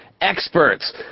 experts